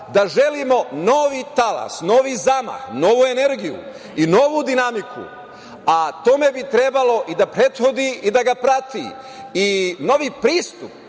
da želimo novi talas, novi zamah, novu energiju i novu dinamiku, a tome bi trebalo i da prethodi i da ga prati i novi pristup